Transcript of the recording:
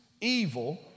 evil